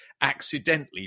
accidentally